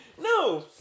no